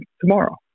tomorrow